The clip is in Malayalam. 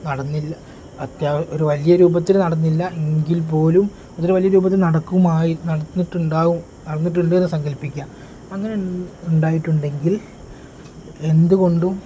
നടന്നില്ല അത്യാവശ്യം ഒരു വലിയ രൂപത്തിൽ നടന്നില്ല എങ്കിൽ പോലും അതൊരു വലിയ രൂപത്തിൽ നടക്കുമായിരുന്നു നടന്നിട്ടുണ്ടാവും നടന്നിട്ടുണ്ട് എന്ന് സാങ്കൽപ്പിക്കുക അങ്ങനെ ഉണ്ടായിട്ടുണ്ടെങ്കിൽ എന്തുകൊണ്ടും